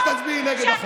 אז תצביעי נגד.